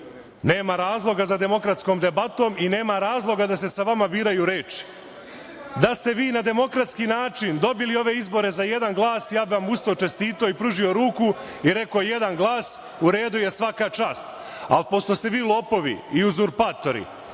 nema razloga za demokratskom debatom i nema razloga da se sa vama biraju reči. Da ste vi na demokratski način dobili ove izbore za jedan glas ja bih vam ustao, čestitao i pružio ruku i rekao – jedan glas, svaka čast, ali pošto ste vi lopovi i uzurpatori